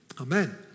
Amen